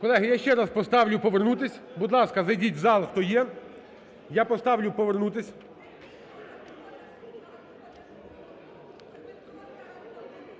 Колеги, я ще раз поставлю повернутися. Будь ласка, зайдіть в зал, хто є. Я поставлю повернутися.